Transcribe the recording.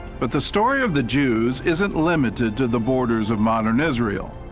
but the story of the jews isn't limited to the borders of modern israel.